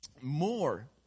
more